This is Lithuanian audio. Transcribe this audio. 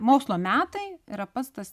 mokslo metai yra pats tas